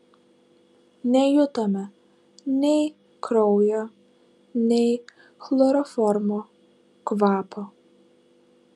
nejutome nei kraujo nei chloroformo kvapo